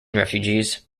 refugees